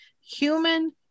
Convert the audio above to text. human